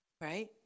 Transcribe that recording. right